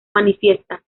manifiesta